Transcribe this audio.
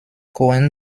cohen